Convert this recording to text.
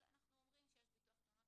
אבל אנחנו אומרים שיש ביטוח תאונות